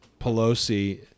Pelosi